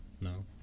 No